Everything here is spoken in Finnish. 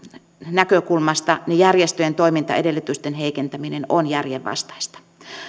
näkökulmasta järjestöjen toimintaedellytysten heikentäminen on järjenvastaista